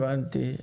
הבנתי.